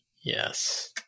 Yes